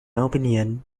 opinion